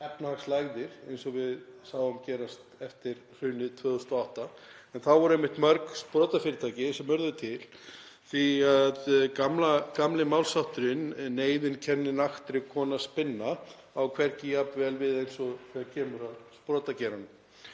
efnahagslægðir eins og við sáum gerast eftir hrunið 2008. Þá urðu einmitt mörg sprotafyrirtæki til því að gamli málshátturinn neyðin kennir naktri konu að spinna á hvergi jafn vel við eins og þegar kemur að sprotageiranum.